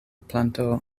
planto